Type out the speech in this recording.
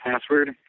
password